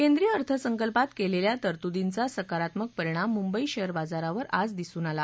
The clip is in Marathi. केंद्रीय अर्थसंकल्पात केलेल्या तरतुदींचा सकारात्मक परिणाम मुंबई शेअर बाजारावर आज दिसून आला